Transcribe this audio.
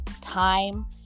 time